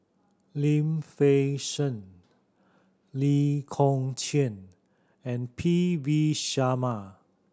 Lim Fei Shen Lee Kong Chian and P V Sharma